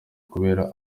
kubera